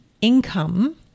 income